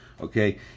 Okay